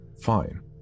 Fine